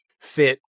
fit